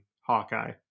hawkeye